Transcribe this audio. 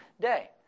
day